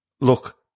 look